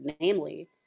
namely